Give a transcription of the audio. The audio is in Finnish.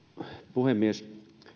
puhemies